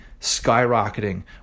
skyrocketing